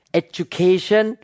education